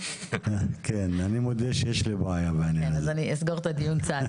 ואני אשמח שתעשה אותו.